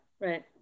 right